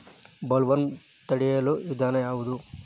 Bollworm ತಡಿಯು ವಿಧಾನ ಯಾವ್ದು?